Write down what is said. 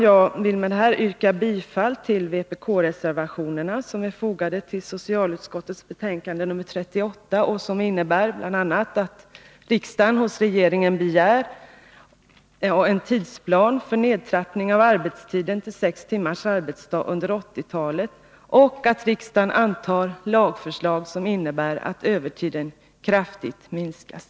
Med detta yrkar jag bifall till vpk-reservationerna, som är fogade till socialutskottets betänkande 38 och där vi föreslår att riksdagen hos regeringen begär en tidsplan för nedtrappning av arbetstiden till sex timmars arbetsdag under 1980-talet och att riksdagen antar lagförslag som innebär att övertiden kraftigt minskas.